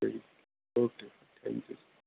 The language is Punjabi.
ਠੀਕ ਹੈ ਓਕੇ ਥੈਂਕਿਊ ਸਰ